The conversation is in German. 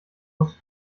aus